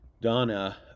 Donna